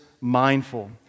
mindful